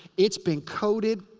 it's been coated.